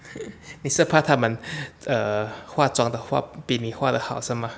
你是怕他们 err 化妆的话比你化得比较好是吗